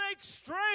straight